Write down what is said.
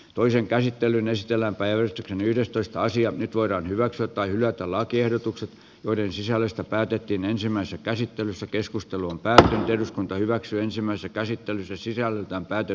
toisen käsittelyn estellä päivystyksen yhdestoista nyt voidaan hyväksyä tai hylätä lakiehdotukset joiden sisällöstä päätettiin ensimmäisessä käsittelyssä keskusteluun päässeen eduskunta hyväksyi ensimmäisen käsittelyn se sisältää täyden